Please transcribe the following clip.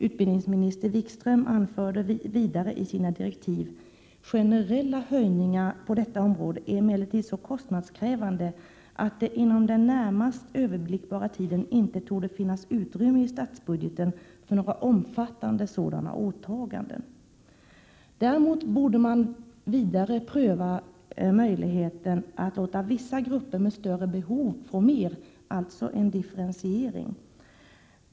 Utbildningsminister Wikström anförde i sina direktiv att ”generella höjningar på detta område är emellertid så kostnadskrävande att det inom den närmaste överblickbara tiden inte torde finnas utrymme i statsbudgeten för några omfattande sådana åtaganden”. Däremot borde man ytterligare pröva möjligheten att låta vissa grupper med större behov få mer — alltså göra en differentiering.